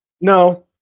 no